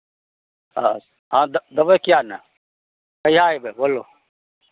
हँ हँ द् देबै किएक नहि कहिआ अयबै बोलू